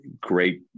great